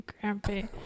grumpy